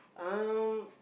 um